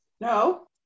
No